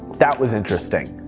that was interesting.